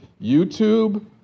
YouTube